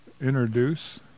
introduce